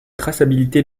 traçabilité